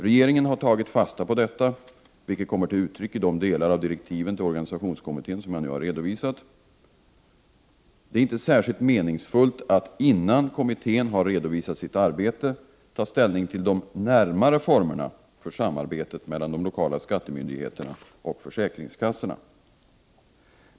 Regeringen har tagit fasta på detta, vilket kommer till uttryck i de delar av direktiven till organisationskommittén som jag nu har redovisat. Det är inte särskilt meningsfullt att, innan kommittén har redovisat sitt arbete, ta ställning till de närmare formerna för samarbetet mellan de lokala skattemyndigheterna och försäkringskassorna.